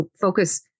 focus